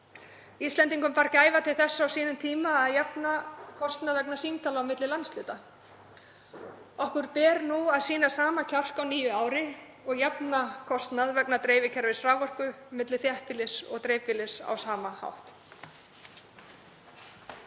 Íslendingar báru gæfu til þess á sínum tíma að jafna kostnað vegna símtala milli landshluta. Okkur ber nú að sýna sama kjark á nýju ári og jafna á sama hátt kostnað vegna dreifikerfis raforku milli þéttbýlis og dreifbýlis.